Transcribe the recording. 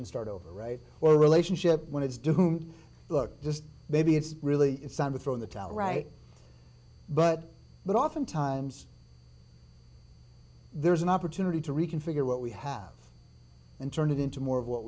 and start over right or relationship when it's doomed look just maybe it's really it's time to throw in the towel right but but often times there's an opportunity to reconfigure what we have and turn it into more of what